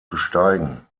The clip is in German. besteigen